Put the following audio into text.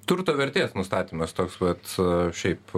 turto vertės nustatymas toks vat šiaip